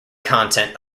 content